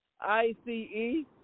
I-C-E